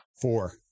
Four